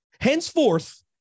henceforth